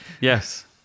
Yes